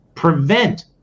Prevent